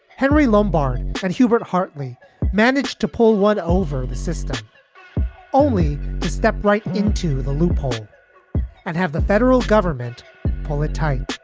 henry lombardi and hubert hartly managed to pull one over the system only to step right into the loophole and have the federal government pull it tight.